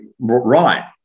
right